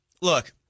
Look